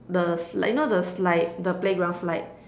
the slide like you know the slide the playground slide